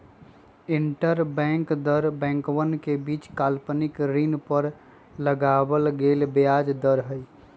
interbank दर बैंकवन के बीच अल्पकालिक ऋण पर लगावल गेलय ब्याज के दर हई